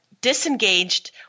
disengaged